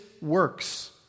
works